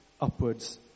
upwards